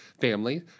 family